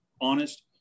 honest